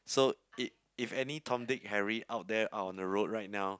so i~ if any Tom Dick Harry out there out on the road right now